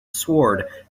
sword